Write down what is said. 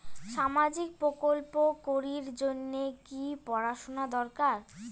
সামাজিক প্রকল্প করির জন্যে কি পড়াশুনা দরকার?